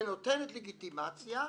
ונותנת לגיטימציה,